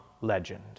legend